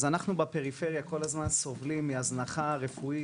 אז אנחנו בפריפריה כל הזמן סובלים מהזנחה רפואית